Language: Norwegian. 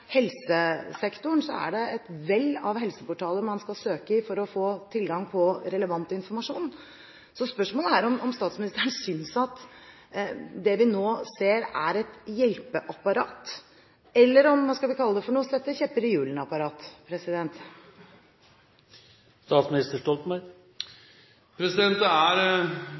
helsesektoren er det et vell av helseportaler man skal søke i, for å få tilgang til relevant informasjon. Så spørsmålet er om statsministeren synes at det vi nå ser, er et hjelpeapparat eller om det er – hva skal vi kalle det – et «kjepper i hjulene-apparat»? Det er mellom 8 og 9 millioner behandlinger, utredninger, i spesialisthelsetjenesten hvert eneste år. Det er